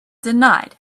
denied